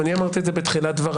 גם אני אמרתי את זה בתחילת דבריי.